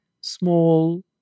small